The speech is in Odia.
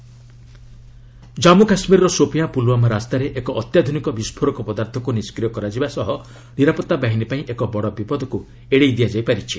କାଶ୍ମୀର ଆଇଇଡି ଜନ୍ମୁ କାଶ୍ମୀରର ସୋପିଆଁ ପୁଲ୍ୱାମା ରାସ୍ତାରେ ଏକ ଅତ୍ୟାଧୁନିକ ବିସ୍ଫୋରକ ପଦାର୍ଥକୁ ନିଷ୍କ୍ରିୟ କରାଯିବା ସହ ନିରାପତ୍ତା ବାହିନୀପାଇଁ ଏକ ବଡ଼ ବିପଦକୁ ଏଡ଼େଇ ଦିଆଯାଇପାରିଛି